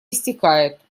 истекает